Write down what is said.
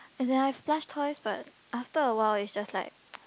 as in I have plush toys but after a while it's just like